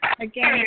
again